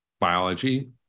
biology